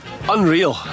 Unreal